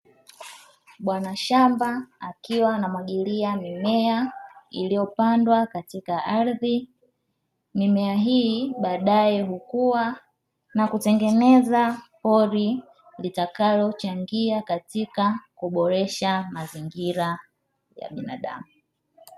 Bwana shamba akiwa anamwagilia mimea, iliyopandwa katika ardhi mimea hii baadaye hukuwa na kutengeneza pori litakalochangia katika kuboresha mazingira ya binadamu.